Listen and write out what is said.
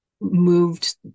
moved